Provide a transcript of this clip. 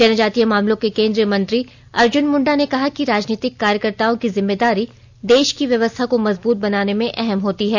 जनजातीय मामलों के केंद्रीय मंत्री अर्जुन मुंडा ने कहा कि राजनीतिक कार्यकर्ताओं की जिम्मेदारी देश की व्यवस्था को मजबूत बनाने में अहम होती है